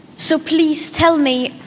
so please tell me,